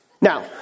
Now